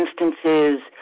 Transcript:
instances